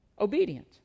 obedient